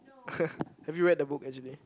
have you read the book actually